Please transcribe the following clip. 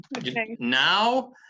Now